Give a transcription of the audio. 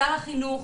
שר החינוך,